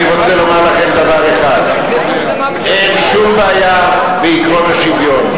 אני רוצה לומר לכם דבר אחד: אין שום בעיה בעקרון השוויון.